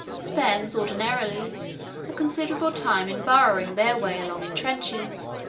spends ordinarily a considerable time in burrowing their way along in trenches,